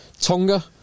Tonga